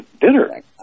dinner